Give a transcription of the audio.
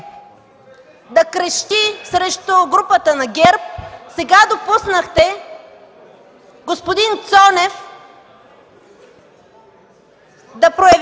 да крещи срещу групата на ГЕРБ, а сега допуснахте господин Цонев да проявява